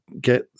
get